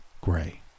gray